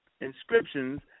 inscriptions